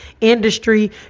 industry